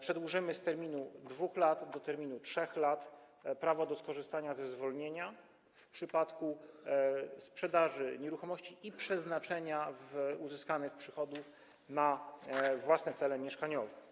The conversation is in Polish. przedłużymy z 2 lat do 3 lat termin prawa do skorzystania ze zwolnienia w przypadku sprzedaży nieruchomości i przeznaczenia uzyskanych przychodów na własne cele mieszkaniowe.